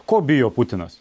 ko bijo putinas